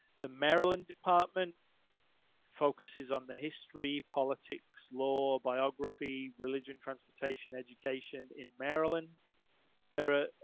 the maryland department focuses on the history, politics, law, biography, religion, transportation, education in maryland there are,